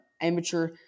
amateur